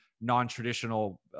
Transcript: non-traditional